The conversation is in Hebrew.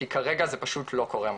כי כרגע זה פשוט לא קורה מספיק,